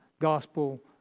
gospel